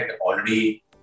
already